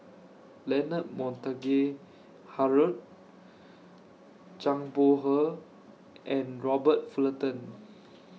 Leonard Montague Harrod Zhang Bohe and Robert Fullerton